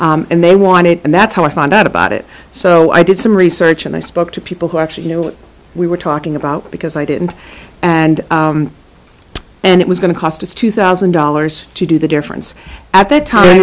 to and they want it and that's how i found out about it so i did some research and i spoke to people who actually you know we were talking about because i didn't and and it was going to cost us two thousand dollars to do the difference at that time